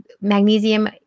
magnesium